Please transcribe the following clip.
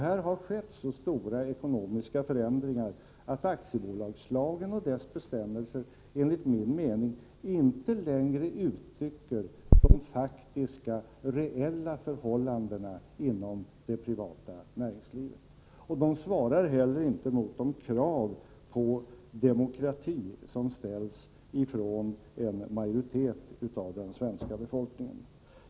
Det har skett så stora ekonomiska förändringar att aktiebolagslagen och dess bestämmelser enligt min mening inte längre uttrycker de reella förhållandena inom det privata näringslivet, och lagen svarar inte heller mot de krav på demokrati som ställs från en majoritet av svenska folket.